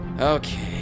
Okay